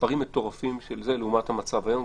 מספרים מטורפים לעומת המצב היום,